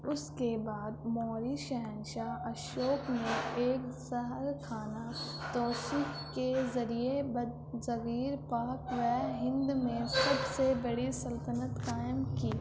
اس کے بعد موری شہنشاہ اشوک نے ایک زہرخانہ توسیع کے ذریعے بر صغیر پاک و ہند میں سب سے بڑی سلطنت قائم کی